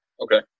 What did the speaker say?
Okay